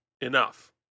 enough